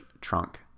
trunk